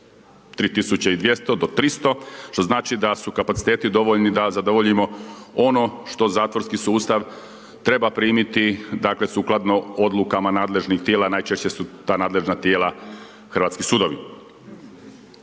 3200 do 300, što znači da su kapaciteti dovoljni da zadovoljimo ono što zatvorski sustav treba primiti dakle sukladno odlukama nadležnih tijela, najčešće su ta nadležna tijela hrvatski sudovi.